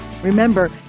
Remember